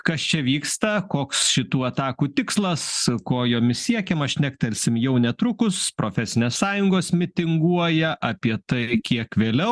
kas čia vyksta koks šitų atakų tikslas ko jomis siekiama šnektelsim jau netrukus profesinės sąjungos mitinguoja apie tai kiek vėliau